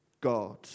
God